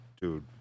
dude